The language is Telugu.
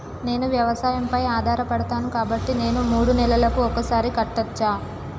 నేను వ్యవసాయం పై ఆధారపడతాను కాబట్టి నేను మూడు నెలలకు ఒక్కసారి కట్టచ్చా?